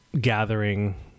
gathering